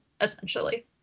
essentially